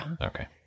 Okay